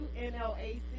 nlac